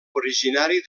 originari